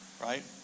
right